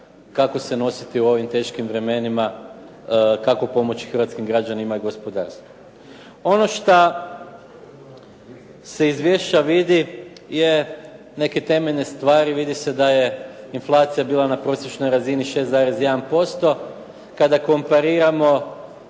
kako se nositi u ovim teškim vremenima, kako pomoći hrvatskim građanima i gospodarstvu. Ono šta se iz izvješća vidi je neke temeljne stvari, vidi se da je inflacija bila na prosječnoj razini 6,1%. Kada kompariramo